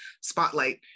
spotlight